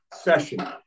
session